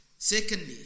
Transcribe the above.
Secondly